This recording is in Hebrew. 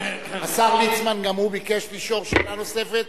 השר ליצמן גם ביקש לשאול שאלה נוספת,